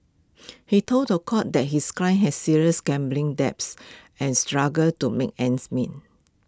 he told The Court that his client has serious gambling debts and struggled to make ends meet